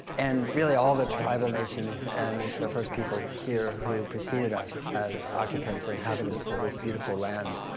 and really, all the tribal nations and the first peoples here who preceded us as occupants, inhabitants of this beautiful land